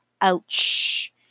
Ouch